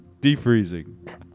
Defreezing